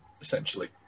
essentially